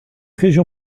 région